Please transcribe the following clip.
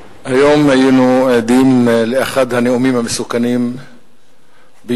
היום היינו עדים לאחד הנאומים המסוכנים ביותר,